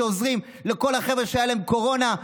שעוזרים לכל החבר'ה שהייתה להם קורונה,